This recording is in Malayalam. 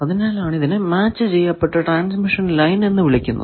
അതിനാലാണ് ഇതിനെ മാച്ച് ചെയ്യപ്പെട്ട ട്രാൻസ്മിഷൻ ലൈൻ എന്ന് വിളിക്കുന്നത്